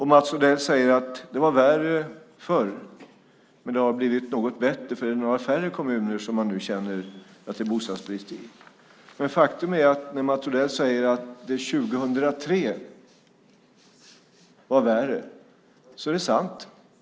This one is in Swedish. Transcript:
Mats Odell säger att det var värre förr, men har blivit något bättre, för det är några färre kommuner som man nu känner att det är bostadsbrist i. Faktum är att när Mats Odell säger att det var värre 2003 är det sant.